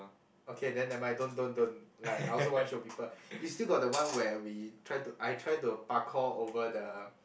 okay then nevermind don't don't don't like I also want show people you still got the one where we tried to I tried to parkour over the